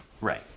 Right